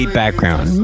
background